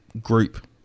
group